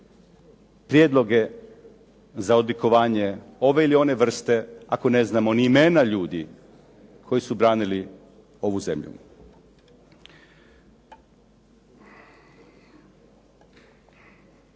prijedloge za odlikovanje ove ili one vrste ako ne znamo ni imena ljudi koji su branili ovu zemlju?